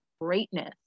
greatness